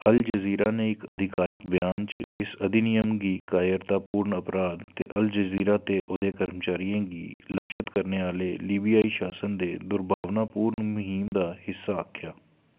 अल Jazeera ने इक अधिकारक ब्यान च इस अधिनियम गी कायरतापूर्ण अपराध ते अल जजीरा ते ओह्दे कर्मचारियें गी लक्षत करने आह्ले लीबियाई शासन दे दुर्भावनापूर्ण म्हीम दा हिस्सा आखेआ